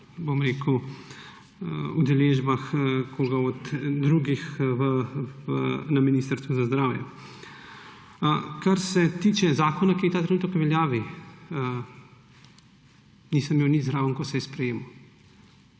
ali pa udeležbah koga drugega na Ministrstvu za zdravje. Kar se tiče zakona, ki je ta trenutek v veljavi, nisem imel nič zraven, ko se je sprejemal.